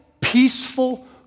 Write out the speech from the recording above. peaceful